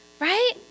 right